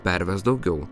pervesk daugiau